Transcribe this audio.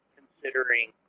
considering